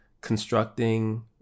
constructing